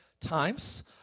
times